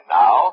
now